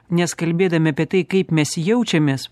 nes kalbėdami apie tai kaip mes jaučiamės